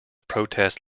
protest